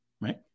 right